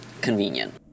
convenient